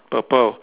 purple